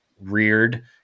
reared